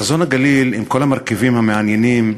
חזון הגליל עם כל המרכיבים המעניינים,